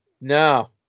no